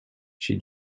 she